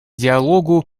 диалогу